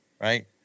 right